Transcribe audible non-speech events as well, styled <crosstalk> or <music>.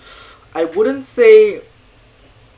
<breath> I wouldn't say